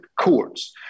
courts